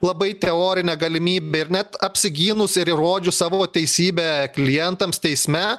labai teorinė galimybė ir net apsigynus ir įrodžius savo teisybę klientams teisme